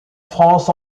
france